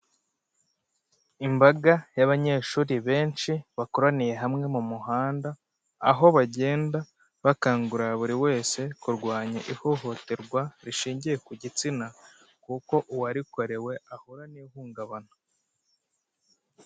Imbaga y'abanyeshuri benshi bakoraniye hamwe mu muhanda aho bagenda bakangurira buri wese kurwanya ihohoterwa rishingiye ku gitsina kuko uwarikorewe ahura n'ihungabana.